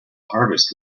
harvest